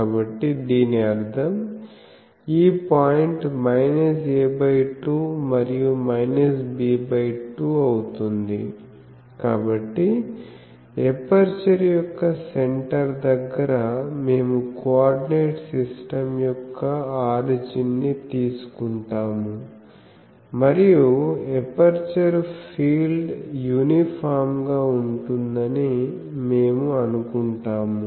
కాబట్టి దీని అర్థం ఈ పాయింట్ a2 మరియు b2 అవుతుంది కాబట్టి ఎపర్చరు యొక్క సెంటర్ దగ్గర మేము కోఆర్డినేట్ సిస్టమ్ యొక్క ఆరిజిన్ ని తీసుకుంటాము మరియు ఎపర్చరు ఫీల్డ్ యూనిఫామ్ గా ఉంటుందని మేము అనుకుంటాము